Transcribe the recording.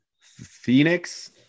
Phoenix